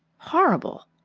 horrible!